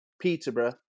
Peterborough